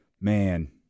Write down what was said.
man